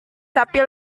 sapi